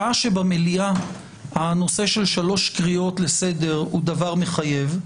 שעה שבמליאה הנושא של שלוש קריאות לסדר הוא דבר מחייב,